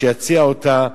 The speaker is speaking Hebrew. שיציע אותה,